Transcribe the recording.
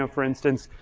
ah for instance,